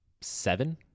seven